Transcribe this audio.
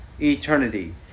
eternity